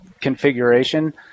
configuration